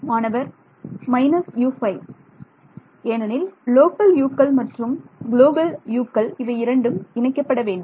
மாணவர் U5 ஏனெனில் local U க்கள் மற்றும் குளோபல் U க்கள் இவை இரண்டும் இணைக்கப்பட வேண்டும்